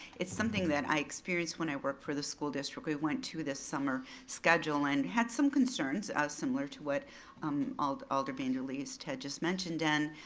it's something that i experienced when i worked for the school district, we went to this summer schedule, and had some concerns similar to what um alder alder vanderleest has just mentioned, and,